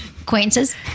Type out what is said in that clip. Acquaintances